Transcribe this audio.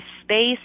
space